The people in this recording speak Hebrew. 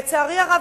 לצערי הרב,